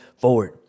forward